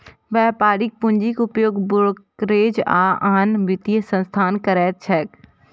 व्यापारिक पूंजीक उपयोग ब्रोकरेज आ आन वित्तीय संस्थान करैत छैक